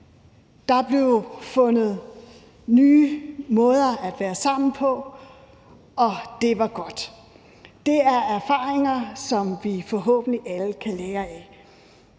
Der blev fundet nye måder at være sammen på, og det var godt. Det er erfaringer, som vi forhåbentlig alle kan lære af.